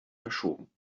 verschoben